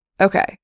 Okay